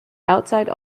outside